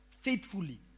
faithfully